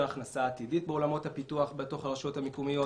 הכנסה עתידית בעולמות הפיתוח בתוך הרשויות המקומיות.